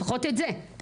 לפחות את זה.